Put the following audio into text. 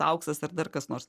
auksas ar dar kas nors